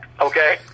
okay